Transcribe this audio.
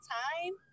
time